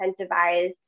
incentivize